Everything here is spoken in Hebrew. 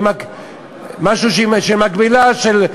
משהו שהוא מקבילה של,